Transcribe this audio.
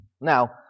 Now